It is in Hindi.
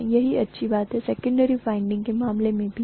यही अच्छी बात सेकन्डेरी वाइंडिंग के मामले में भी है